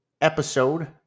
episode